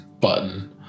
button